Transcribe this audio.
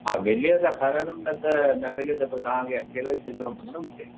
हा मिलियो त खणंदमि न त न मिलियूं त पोइ तव्हांखे अकेलो ही छॾिणो पवंदो न मूंखे